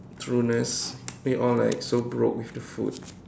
trueness they all like so broke with the food